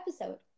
episode